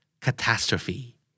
Catastrophe